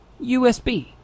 USB